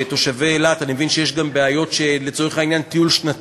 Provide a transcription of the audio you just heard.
תושבי אילת, אני מבין שיש גם בעיות של טיול שנתי.